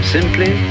Simply